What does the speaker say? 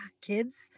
kids